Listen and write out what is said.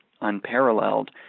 unparalleled